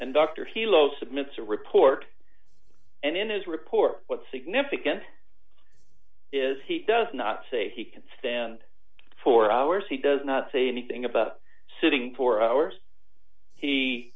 and dr hilo submit a report and in his report what significant is he does not say he can stand for hours he does not say anything about sitting for hours he